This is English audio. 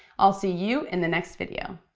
i'll see you in the next video.